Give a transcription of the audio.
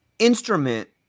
instrument